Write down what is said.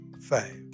five